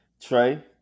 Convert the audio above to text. Trey